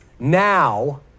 Now